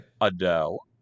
adele